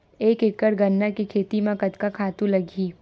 एक एकड़ गन्ना के खेती म कतका खातु लगही?